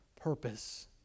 purpose